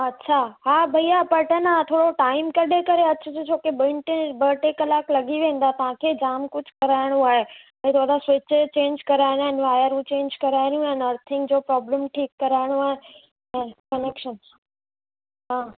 अच्छा हा भैया बट आहे न थोरो टाइम कढी करे अचिजो छोकी ॿिन्ही टिन्ही ॿ टे कलाक लॻी वेंदा तव्हांखे जाम कुझु कराइणो आहे ऐं छो त स्विच्सि चेंज कराइणा आहिनि वायरूं चेंज कराइणियूं आहिनि अर्थिंग जो प्रोब्लम ठीकु कराइणो आहे ऐं कनेक्शन हा